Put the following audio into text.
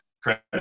credit